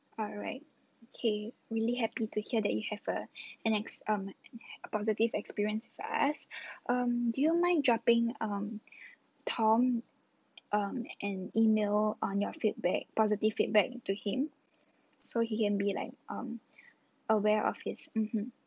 alright okay really happy to hear that you have a an ex~ um a positive experience with us um do you mind dropping um tom um an email on your feedback positive feedback to him so he can be like um aware of his mmhmm